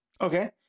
Okay